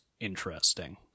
interesting